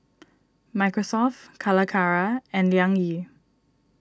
Microsoft Calacara and Liang Yi